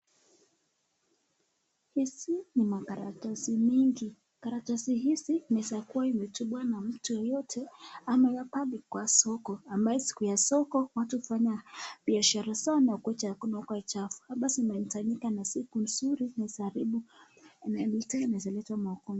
Hizi ni makaratasi mingi. Makaratasi hizi ni inaweza kuwa imetupwa na mtu yeyote ama hapa ni kwa soko ambapo siku ya soko watu hufanya biashara zao. Nakuwacha kunakuwa ni chafu. Hapa imetanyika na si kuzuri inaweza haribu na tena inaweza leta maugonjwa.